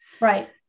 Right